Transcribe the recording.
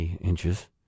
inches